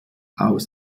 aus